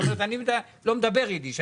אני לא מדבר יידיש,